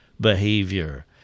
behavior